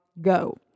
go